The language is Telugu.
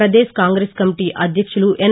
ప్రదేశ్ కాంగ్రెస్ కమిటీ అధ్యక్షులు ఎన్